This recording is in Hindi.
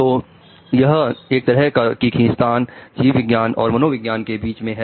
तो यह एक तरह की खींचतान जीव विज्ञान और मनोविज्ञान के बीच में है